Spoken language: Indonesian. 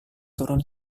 turun